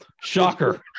shocker